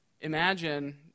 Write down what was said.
Imagine